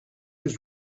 was